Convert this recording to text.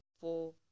four